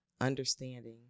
understanding